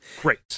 great